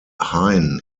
hein